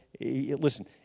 listen